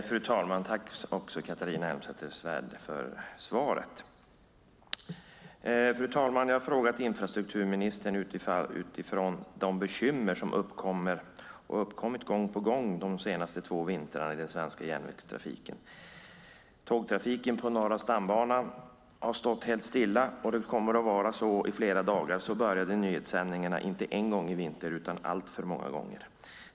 Fru talman! Tack, Catharina Elmsäter-Svärd, för svaret! Fru talman! Jag har frågat infrastrukturministern utifrån de bekymmer som uppkommer, och har uppkommit gång på gång de senaste två vintrarna, i den svenska järnvägstrafiken. Tågtrafiken på Norra stambanan har stått helt stilla, och det kommer att vara så i flera dagar. Så började nyhetssändningarna inte en gång i vintras utan alltför många gånger.